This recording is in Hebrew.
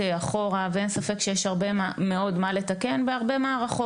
אין ספק שיש הרבה לתקן בהרבה מערכות.